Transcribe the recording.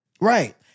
Right